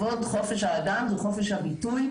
כבוד חופש האדם וחופש הביטוי,